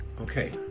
Okay